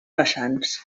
vessants